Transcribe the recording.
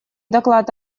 доклад